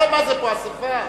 מה זה פה, אספה?